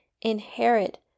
inherit